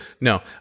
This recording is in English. No